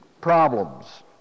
problems